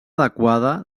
adequada